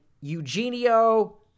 Eugenio